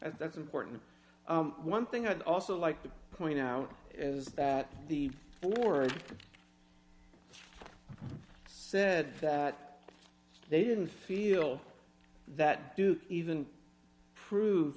that's important one thing i'd also like to point out is that the more said that they didn't feel that do even prove